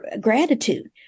gratitude